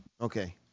Okay